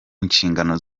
ishingano